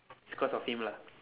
is cause of him lah